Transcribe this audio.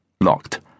Locked